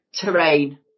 terrain